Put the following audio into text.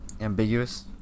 ambiguous